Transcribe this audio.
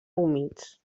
humits